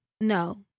no